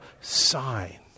sign